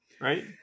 Right